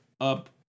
up